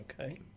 okay